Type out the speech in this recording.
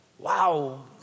Wow